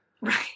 Right